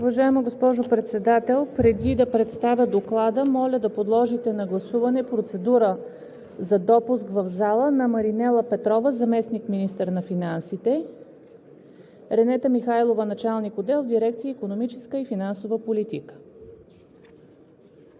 Уважаема госпожо Председател, преди да представя Доклада, моля да подложите на гласуване процедура за допуск в залата на Маринела Петрова – заместник-министър на финансите, и Ренета Михайлова – началник на отдел в дирекция „Икономическа и финансова политика“.